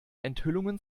enthüllungen